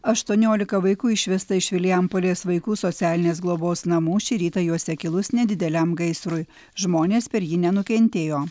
aštuoniolika vaikų išvesta iš vilijampolės vaikų socialinės globos namų šį rytą juose kilus nedideliam gaisrui žmonės per jį nenukentėjo